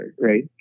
right